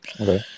Okay